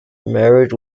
married